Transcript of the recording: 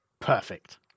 Perfect